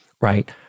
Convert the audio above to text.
right